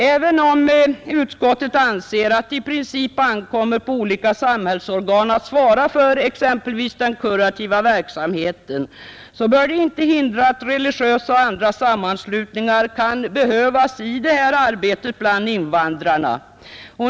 Även om utskottet anser att det i princip ankommer på olika samhällsorgan att svara för exempelvis den kurativa verksamheten bör det inte utesluta att religiösa och andra sammanslutningar kan behövas i detta arbete bland invandrarna.